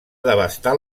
devastar